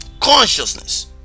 Consciousness